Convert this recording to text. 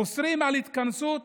אוסרים התכנסות